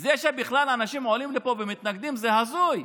זה שבכלל אנשים עולים לפה ומתנגדים זה הזוי,